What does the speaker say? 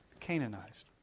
canaanized